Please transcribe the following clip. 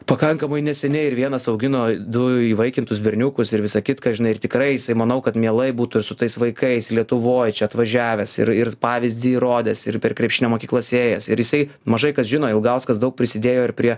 pakankamai neseniai ir vienas augino du įvaikintus berniukus ir visą kitką žinai ir tikrai jisai manau kad mielai būtų ir tais vaikais lietuvoj čia atvažiavęs ir ir pavyzdį rodęs ir per krepšinio mokyklas ėjęs ir jisai mažai kas žino ilgauskas daug prisidėjo ir prie